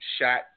Shot